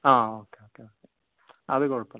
ആ okay okay അത് കുഴപ്പമില്ല